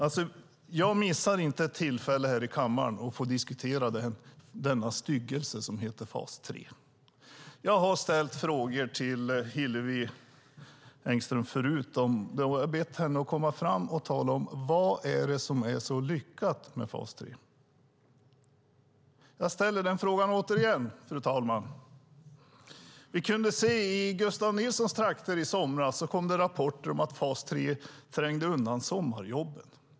Jag missar inte ett tillfälle här i kammaren att få diskutera denna styggelse som heter fas 3. Jag har ställt frågor till Hillevi Engström förut, och jag har bett henne att komma fram och tala om vad det är som är så lyckat med fas 3. Jag ställer frågan återigen, fru talman. I Gustav Nilssons trakter kom det i somras rapporter om att fas 3 trängde undan sommarjobben.